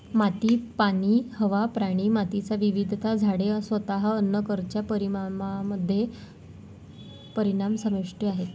माती, पाणी, हवा, प्राणी, मातीची विविधता, झाडे, स्वतः अन्न कारच्या परिणामामध्ये परिणाम समाविष्ट आहेत